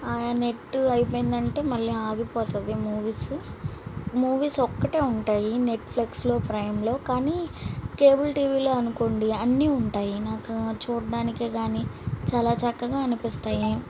ఆ నెట్టు అయిపోయిందంటే మళ్ళీ ఆగిపోతుంది మూవీస్ మూవీస్ ఒక్కటే ఉంటాయి నెట్ఫ్లెక్స్లో ప్రైమ్లో కానీ కేబుల్ టీవీలో అనుకోండి అన్నీ ఉంటాయి నాకు చూడటానికే కానీ చాలా చక్కగా అనిపిస్తాయి